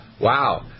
Wow